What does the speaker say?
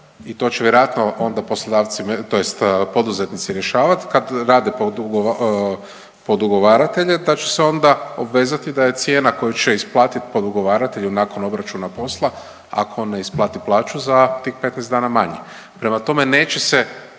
i to će vjerojatno onda poslodavci, tj. poduzetnici rješavati kad rade podugovaratelje da će se onda obvezati da je cijena koju će isplatiti podugovaratelju nakon obračuna posla, ako ne isplati plaću za tih 15 dana manje. Prema tome, neće se